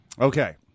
Okay